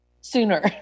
sooner